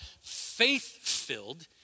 faith-filled